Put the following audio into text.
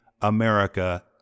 America